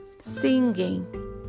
Singing